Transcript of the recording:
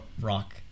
rock